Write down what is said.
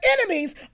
enemies